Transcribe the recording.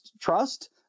trust